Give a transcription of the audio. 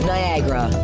Niagara